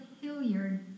Hilliard